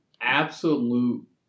Absolute